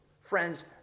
Friends